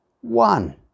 one